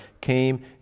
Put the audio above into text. came